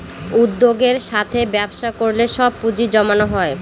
উদ্যোগের সাথে ব্যবসা করলে সব পুজিঁ জমানো হয়